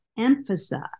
emphasize